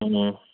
ꯎꯝ ꯎꯝ